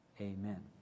Amen